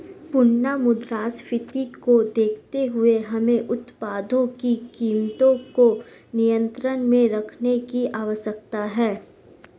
पुनः मुद्रास्फीति को देखते हुए हमें उत्पादों की कीमतों को नियंत्रण में रखने की आवश्यकता है